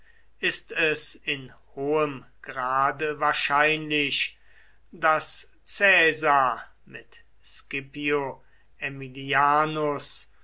ist es in hohem grade wahrscheinlich daß caesar mit scipio aemilianus